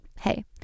hey